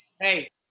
Hey